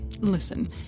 listen